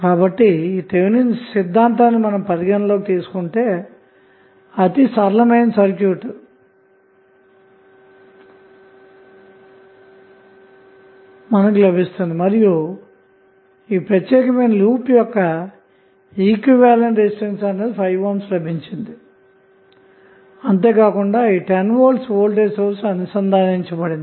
కాబట్టి థెవినిన్ సిద్ధాంతాన్ని పరిగణనలోకి తీసుకుంటే అతి సరళమైన సర్క్యూట్ గలదు మరియు ఈ ప్రత్యేకమైన లూప్ యొక్క ఈక్వివలెంట్ రెసిస్టెన్స్ 5 ohm లభించింది మరియు 10 v వోల్ట్ వోల్టేజ్ సోర్స్ అనుసంధానించబడింది